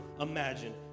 imagine